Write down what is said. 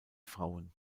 frauen